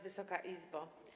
Wysoka Izbo!